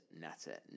Natter